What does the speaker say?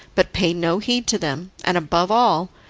but pay no heed to them, and, above all,